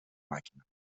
màquina